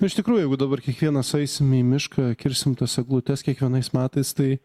nu iš tikrųjų jeigu dabar kiekvienas eisim į mišką kirsim tas eglutes kiekvienais metais tai